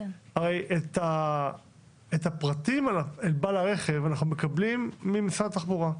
הרי את הפרטים על בעל הרכב אנחנו מקבלים ממשרד התחבורה.